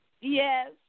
yes